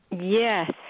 Yes